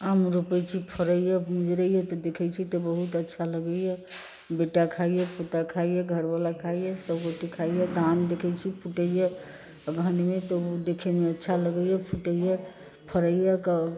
आम रोपै छी फड़ैए मजरैए तऽ देखै छी तऽ बहुत अच्छा लगैए बेटा खाइए पोता खाइए घरवला खाइए सभगोटे खाइए धान देखै छी फुटैए अगहनमे तऽ ओ देखैमे अच्छा लगैए फुटैए फरैए